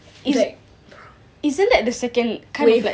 it's like bro isn't that the second wave already